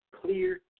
clear